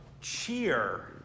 cheer